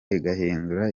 igahindura